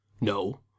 No